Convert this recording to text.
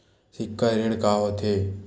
सिक्छा ऋण का होथे?